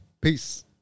Peace